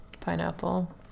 pineapple